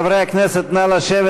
חברי הכנסת, נא לשבת.